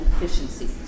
efficiency